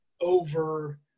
over